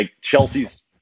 Chelsea's